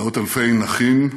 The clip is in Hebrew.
מאות אלפי נכים,